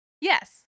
Yes